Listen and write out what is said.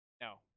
No